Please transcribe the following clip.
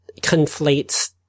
conflates